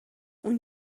اون